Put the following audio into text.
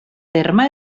terme